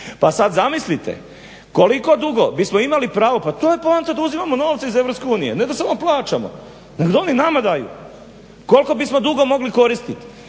Pa sad zamislite koliko dugo bismo imali pravo, pa to je poanta da uzimamo novce iz EU ne da samo plaćano nego da oni nama daju. Koliko bismo dugo mogli koristiti